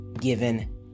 given